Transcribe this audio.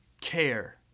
care